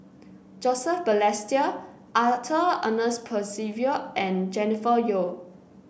Joseph Balestier Arthur Ernest Percival and Jennifer Yeo